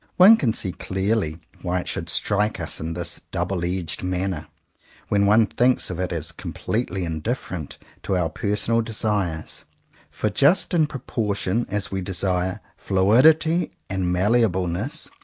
one can see clearly why it should strike us in this double-edged manner when one thinks of it as completely indifferent to our personal desires for just in proportion as we desire fluidity and malleableness,